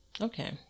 Okay